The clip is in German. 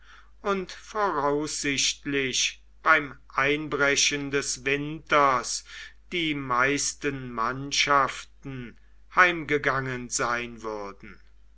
und voraussichtlich beim einbrechen des winters die meisten mannschaften heimgegangen sein würden